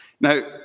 Now